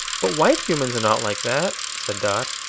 but white humans are not like that, said dot.